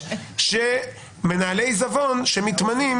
ש-1,000 מנהלי העיזבון האלו שמתמנים